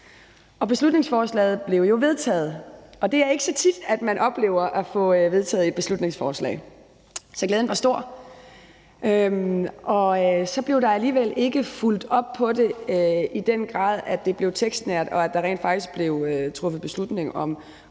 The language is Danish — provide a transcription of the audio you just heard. Beslutningsforslaget blev jo vedtaget, og det er ikke så tit, at man oplever at få vedtaget et beslutningsforslag, så glæden var stor. Så blev der alligevel ikke fulgt op på det i den grad, at det blev tekstnært, og at der rent faktisk blev truffet beslutning om